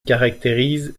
caractérise